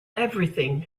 everything